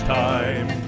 time